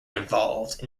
involved